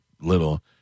little